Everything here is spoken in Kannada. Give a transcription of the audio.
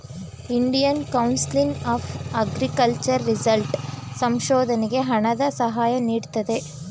Indian council of agriculture result ಸಂಶೋಧನೆಗೆ ಹಣದ ಸಹಾಯ ನೀಡುತ್ತದೆ